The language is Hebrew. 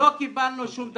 לא קיבלנו שום דבר.